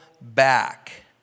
back